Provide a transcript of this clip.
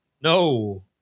No